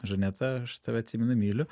žaneta aš tave atsimenu myliu